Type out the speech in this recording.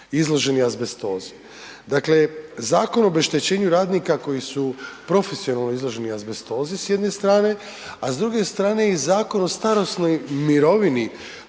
izloženi azbestozi, dakle Zakon o obeštećenju radnika koji su profesionalno izloženi azbestozi s jedne strane, a s druge strane i Zakon o starosnoj mirovini